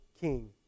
king